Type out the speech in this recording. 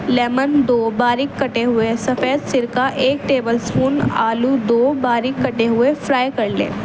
lemon دو باریک کٹے ہوئے سفید سرکہ ایک ٹیبل اسپون آلو دو باریک کٹے ہوئے فرائی کر لیں